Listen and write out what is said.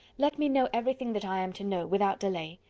let me know every thing that i am to know, without delay.